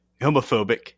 homophobic